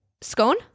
scone